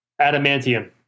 Adamantium